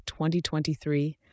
2023